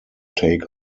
take